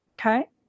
Okay